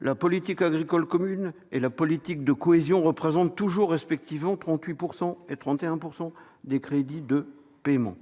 La politique agricole commune et la politique de cohésion représentent toujours, respectivement, 38 % et 31 % des crédits de paiement.